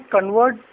convert